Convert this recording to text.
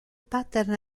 pattern